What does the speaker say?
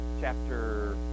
chapter